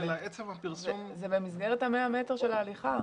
זה במסגרת 100 המטר של ההליכה.